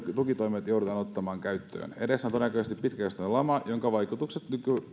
tukitoimet joudutaan ottamaan käyttöön edessä on todennäköisesti pitkäkestoinen lama jonka vaikutukset